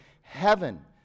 heaven